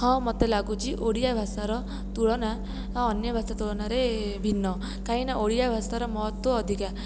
ହଁ ମୋତେ ଲାଗୁଛି ଓଡ଼ିଆ ଭାଷାର ତୁଳନା ଅନ୍ୟ ଭାଷା ତୁଳନାରେ ଭିନ୍ନ କାହିଁକିନା ଓଡ଼ିଆ ଭାଷାର ମହତ୍ତ୍ୱ ଅଧିକା